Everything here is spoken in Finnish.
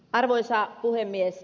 arvoisa puhemies